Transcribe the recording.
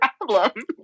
problem